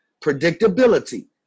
predictability